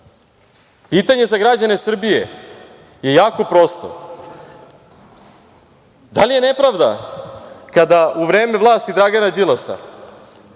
svesni. Pitanje za građane Srbije je jako prosto. Da li je nepravda kada se u vreme vlasti Dragana Đilasa